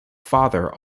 father